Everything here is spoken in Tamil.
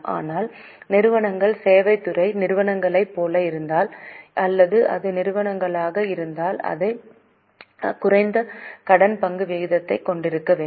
ஆனால் நிறுவனங்கள் சேவைத் துறை நிறுவனங்களைப் போல இருந்தால் அல்லது அது நிறுவனங்களாக இருந்தால் அவை குறைந்த கடன் பங்கு விகிதத்தைக் கொண்டிருக்க வேண்டும்